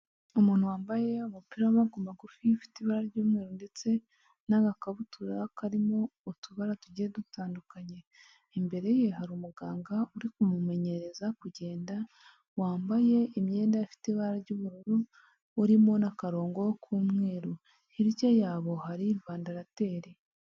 Umuntu wambaye umupira w'amaboko magufi ufite ibara ry'umweru ndetse n'agakabutura karimo utubara tugiye dutandukanye. Imbere ye hari umuganga uri kumumenyereza kugenda, wambaye imyenda ifite ibara ry'ubururu, urimo n'akarongo k'umweru. Hirya yabo hari Vandilateri.